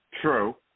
True